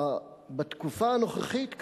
בתקופה הנוכחית,